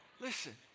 Listen